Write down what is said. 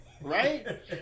Right